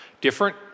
Different